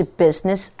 business